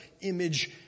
image